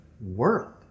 world